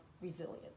resilient